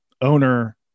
owner